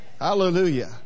Hallelujah